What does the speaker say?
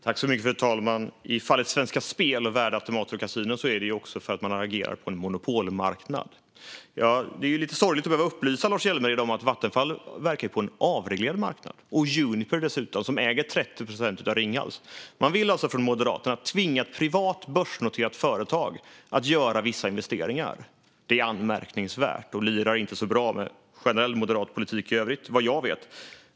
Fru talman! I fallet Svenska Spel, värdeautomater och kasinon handlar det också om att man agerar på en monopolmarknad. Det är lite sorgligt att behöva upplysa Lars Hjälmered om att Vattenfall verkar på en avreglerad marknad. Det gäller dessutom Juniper, som äger 30 procent av Ringhals. Moderaterna vill alltså tvinga ett privat, börsnoterat företag att göra vissa investeringar. Det är anmärkningsvärt och lirar inte så bra med generell moderat politik i övrigt - vad jag vet.